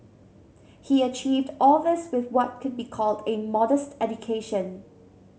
he achieved all this with what could be called a modest education